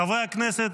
חברי הכנסת,